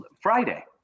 Friday